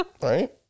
right